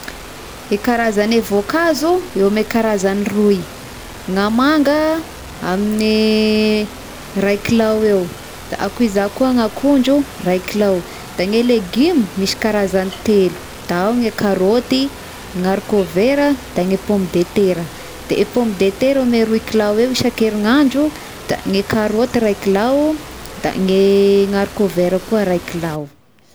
Eh karazagne voankazo, eo ame karazagny roy gna manga amin'ny ray kilao eo, da akoa iza ko ny akondro iray kilao, da ny legioma misy karazagny telo, da ao ne karôty, ny harikôvera, da ny pomme de tera, de i pomme tera eo ame roy kilao isan-kerinandro, da ny karôty ray kilao, da gne-ny harikôvera koa ray kilao.